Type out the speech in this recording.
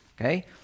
okay